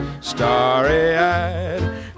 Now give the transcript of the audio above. starry-eyed